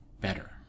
better